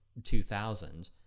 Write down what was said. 2000